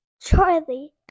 Charlie